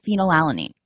phenylalanine